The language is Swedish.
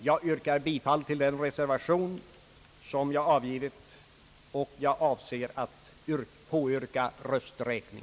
Jag yrkar bifall till den reservation som jag avgivit, och jag avser att påyrka rösträkning.